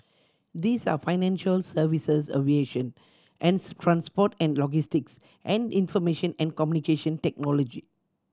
these are financial services aviation transport and logistics and information and Communication Technology